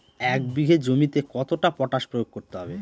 এক বিঘে জমিতে কতটা পটাশ প্রয়োগ করতে হবে?